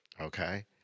okay